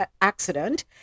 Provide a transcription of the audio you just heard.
accident